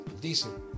Decent